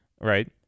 Right